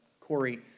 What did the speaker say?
Corey